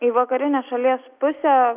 į vakarinę šalies pusę